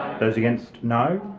those against no.